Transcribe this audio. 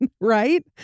right